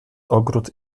ogród